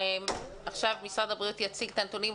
עכשיו משרד הבריאות יציג את הנתונים.